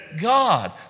God